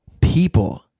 people